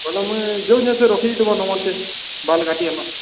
ବୋଲେ ମୁଇଁ ଯେଉଁ ନମ୍ବର୍ ରଖିଦିଅ ବାଲ୍ କାଟକେ